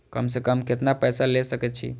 कम से कम केतना पैसा ले सके छी?